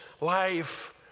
life